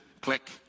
click